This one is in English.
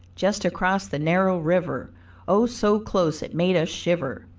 just across the narrow river oh so close it made us shiver!